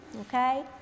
okay